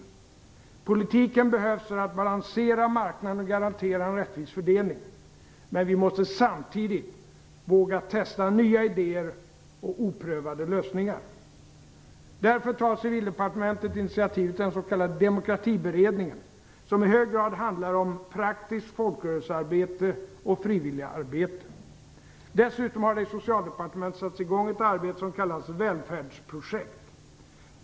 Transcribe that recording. Politiken behövs för att balansera marknaden och garantera en rättvis fördelning. Men vi måste samtidigt våga testa nya idéer och oprövade lösningar. Därför tar Civildepartementet initiativet till den s.k. Demokratiberedningen som i hög grad handlar om praktiskt folkrörelsearbete och frivilligarbete. Dessutom har det i Socialdepartementet satts i gång ett arbete som kallas Välfärdsprojektet.